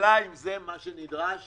השאלה אם זה מה שנדרש